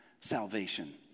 salvation